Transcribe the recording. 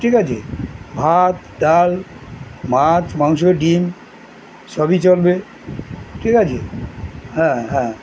ঠিক আছে ভাত ডাল মাছ মাংস ডিম সবই চলবে ঠিক আছে হ্যাঁ হ্যাঁ